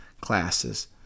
classes